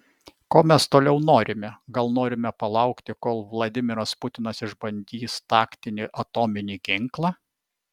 ko mes toliau norime gal norime palaukti kol vladimiras putinas išbandys taktinį atominį ginklą